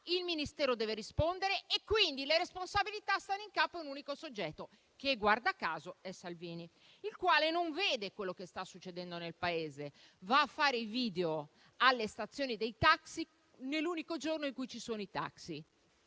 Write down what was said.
il Ministero deve rispondere e le responsabilità sono in capo a un unico soggetto, che guarda caso è Salvini, il quale non vede quello che sta succedendo nel Paese. Il ministro Salvini va a fare il video alle stazioni dei taxi nell'unico giorno in cui ci sono i taxi;